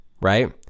right